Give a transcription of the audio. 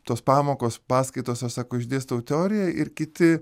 tos pamokos paskaitos aš sako išdėstau teoriją ir kiti